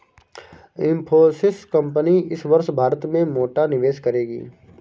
Infosys company इस वर्ष भारत में मोटा निवेश करेगी